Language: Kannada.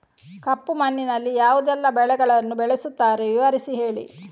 ಕಪ್ಪು ಮಣ್ಣಿನಲ್ಲಿ ಯಾವುದೆಲ್ಲ ಬೆಳೆಗಳನ್ನು ಬೆಳೆಸುತ್ತಾರೆ ವಿವರಿಸಿ ಹೇಳಿ